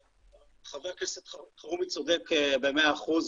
חבר הכנסת אלחרומי צודק במאה אחוז,